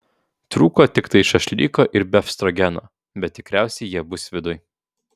trūko tiktai šašlyko ir befstrogeno bet tikriausiai jie bus viduj